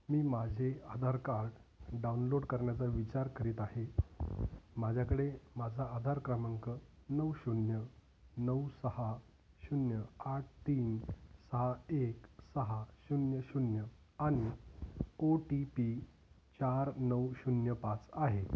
मी माझे Aadhaar card download करण्याचा विचार करीत आहे माझ्याकडे माझा आधार क्रमांक नऊ शून्य नऊ सहा शून्य आठ तीन सहा एक सहा शून्य शून्य आणि ओ टी पी चार नऊ शून्य पाच आहे